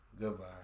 Goodbye